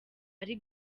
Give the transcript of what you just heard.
ari